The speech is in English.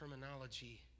terminology